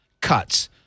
cuts